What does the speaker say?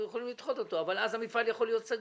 יכולים לדחות אותו אבל אז המפעל יכול להיות סגור.